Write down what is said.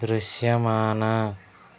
దృశ్యమాన